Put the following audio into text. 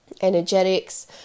energetics